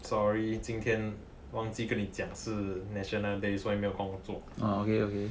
sorry 今天忘记跟你讲是 national day 所以没有工作